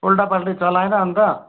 उल्टापाल्टी चलाएन अन्त